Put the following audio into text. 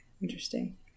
interesting